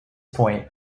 point